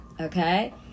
okay